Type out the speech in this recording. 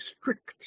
strict